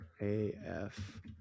AF